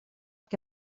que